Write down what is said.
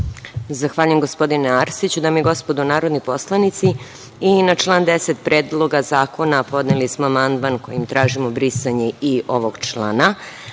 Zahvaljujem predsedavajući. Dame i gospodo narodni poslanici, i na član 10. Predloga zakona, podneli smo amandman kojim tražimo brisanje i ovog člana.